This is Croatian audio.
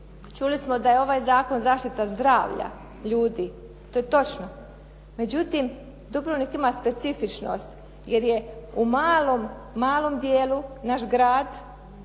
Čuli smo da je ovaj zakon zaštita zdravlja ljudi, to je točno. Međutim, Dubrovnik ima specifičnost jer je u malom, malom dijelu naš grad